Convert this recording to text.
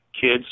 kids